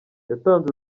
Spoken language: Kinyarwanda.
yatanze